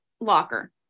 locker